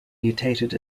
mutated